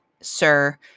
sir